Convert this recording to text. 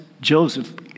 Joseph